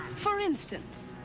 for instance?